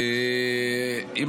חבר הכנסת סוכות,